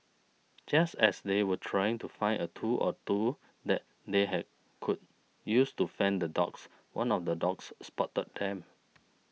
just as they were trying to find a tool or two that they had could use to fend off the dogs one of the dogs spotted them